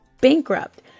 bankrupt